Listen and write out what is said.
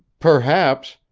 perhaps,